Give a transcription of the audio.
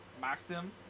Maxim